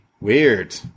Weird